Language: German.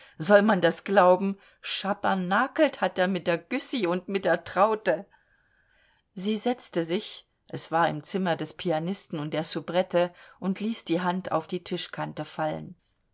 soll man das glauben schabernackelt hat er mit der güssy und mit der traute sie setzte sich es war im zimmer des pianisten und der soubrette und ließ die hand auf die tischkante fallen